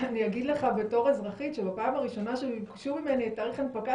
אגיד לך בתור אזרחית שבפעם הראשונה שביקשו ממני את תאריך הנפקת